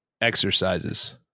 exercises